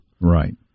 Right